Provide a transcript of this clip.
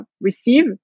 receive